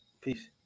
Peace